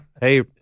hey